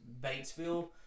Batesville